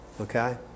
okay